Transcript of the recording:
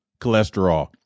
cholesterol